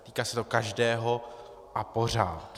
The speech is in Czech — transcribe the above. Týká se to každého a pořád.